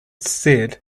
said